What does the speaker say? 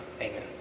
Amen